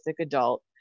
adult